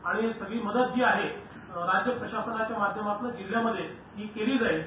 आणि सगळी मदत जी आहे राज्यप्रशासनाच्या माध्यमातून जिल्ह्यामध्ये ही केली जाईल